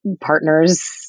partners